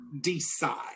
decide